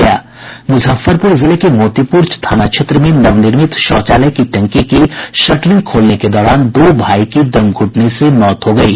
मुजफ्फरपुर जिले के मोतीपुर थाना क्षेत्र में नवनिर्मित शौचालय की टंकी की शटरिंग खोलने के दौरान दो भाई की दम घुटने से मौत हो गयी